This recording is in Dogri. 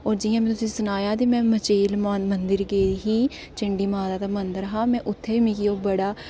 ते होर जि'यां मे तुसें ई सनाया ते में मचेल मंदर गेदी ही चंडी माता दा मंदर हा उत्थै मिगी ओह् बड़ा